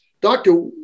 doctor